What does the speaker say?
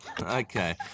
Okay